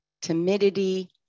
timidity